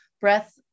breath